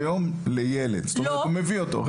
ביום לילד, זאת אומרת הוא מביא אותו.